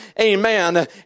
Amen